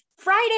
Friday